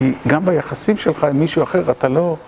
כי גם ביחסים שלך עם מישהו אחר אתה לא...